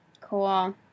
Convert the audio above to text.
Cool